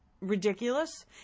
ridiculous